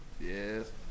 Yes